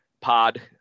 pod